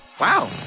Wow